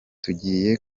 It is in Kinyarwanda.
tugiye